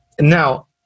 Now